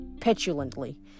petulantly